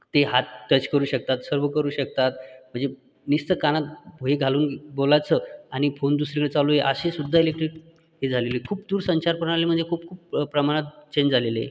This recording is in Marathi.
ते हात टच करू शकतात सर्व करू शकतात म्हणजे नुसतं कानात भोये घालून बोलाचं आणि फोन दुसरीकडे चालू आहे असेसुद्धा इलेक्ट्रिक हे झालेली आहे खूप दूर संचारप्रणाली म्हणजे खूप खूप प्रमाणात चेंज झालेली आहे